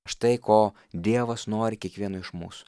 štai ko dievas nori kiekvieno iš mūsų